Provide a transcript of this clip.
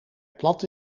plat